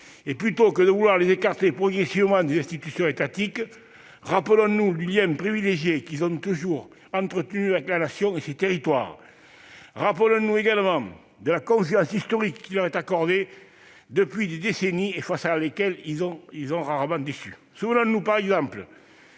Et, plutôt que de vouloir les écarter progressivement des institutions étatiques, rappelons-nous le lien privilégié que ces élus ont toujours entretenu avec la Nation et ses territoires. Rappelons-nous également la confiance historique qui leur est accordée depuis des décennies, et face à laquelle ils ont rarement déçu. Souvenons-nous, par exemple,